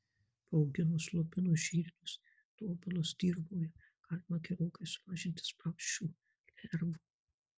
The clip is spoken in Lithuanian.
paauginus lubinus žirnius dobilus dirvoje galima gerokai sumažinti spragšių lervų